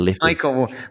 Michael